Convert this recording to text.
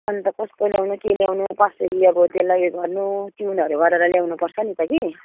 अन्त कसको ल्याउनु के ल्याउने कसरी अब त्यसलाई यो गर्नु ट्युनहरू गरेर ल्याउनु पर्छ नि त कि